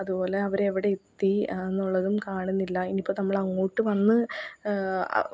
അതുപോലെ അവർ എവിടെ എത്തി എന്നുള്ളതും കാണുന്നില്ല ഇനിയിപ്പത് നമ്മളെങ്ങോട്ടു വന്ന്